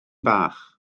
bach